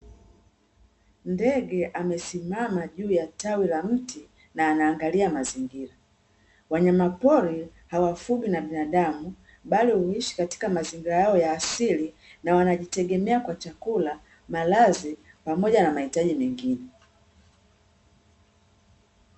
Ndege amesimama juu ya tawi la mti na anaangalia mazingira wanyama pori hawafugwi na binadamu bali huishi katika mazingira yao ya asili na wanajitegemea kwa chakula, malazi, pamoja na mahitaji mengine.